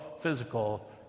physical